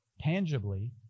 tangibly